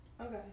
Okay